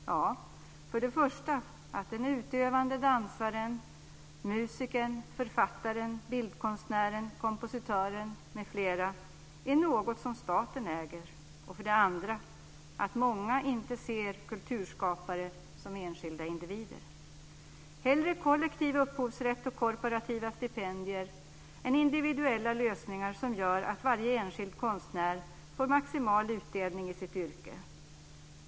Ja, för det första att den utövande dansaren, musikern, författaren, bildkonstnären, kompositören m.fl. är något som staten äger och för det andra att många inte ser kulturskapare som enskilda individer. Hellre kollektiv upphovsrätt och korporativa stipendier än individuella lösningar som gör att varje enskild konstnär får maximal utdelning i sitt yrke.